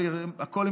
הכול,